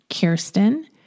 Kirsten